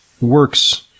works